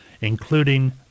including